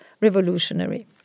revolutionary